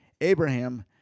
Abraham